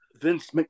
Vince